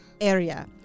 Area